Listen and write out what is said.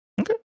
Okay